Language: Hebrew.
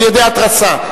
על-ידי התרסה.